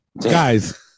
guys